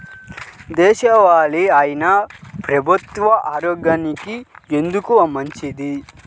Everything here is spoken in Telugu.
దేశవాలి అయినా బహ్రూతి ఆరోగ్యానికి ఎందుకు మంచిది?